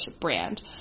brand